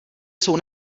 jsou